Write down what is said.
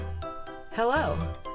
Hello